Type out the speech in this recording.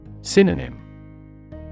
Synonym